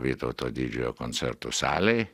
vytauto didžiojo koncertų salėj